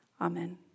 Amen